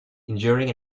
injuring